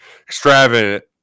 extravagant